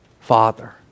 father